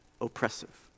oppressive